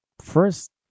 first